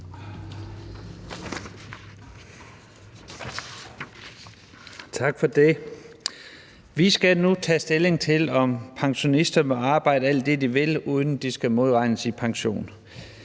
Tak for det. Vi skal nu tage stilling til, om pensionister må arbejde alt det, de vil, uden at de skal modregnes i pension.